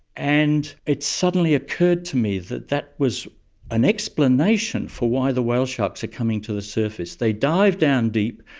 and it suddenly occurred to me that that was an explanation for why the whale sharks are coming to the surface. they dive down deep,